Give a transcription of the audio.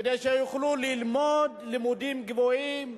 כדי שיוכלו ללמוד לימודים גבוהים,